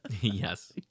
Yes